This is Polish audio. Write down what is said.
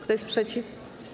Kto jest przeciw?